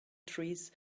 trees